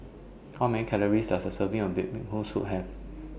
How Many Calories Does A Serving of Bee Hoon Soup Have